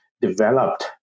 developed